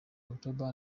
october